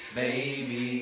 baby